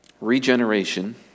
Regeneration